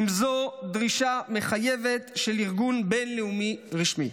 אם זו דרישה מחייבת של ארגון בין-לאומי רשמי.